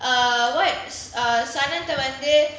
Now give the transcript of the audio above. uh what uh saran வந்து:vanthu